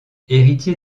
héritier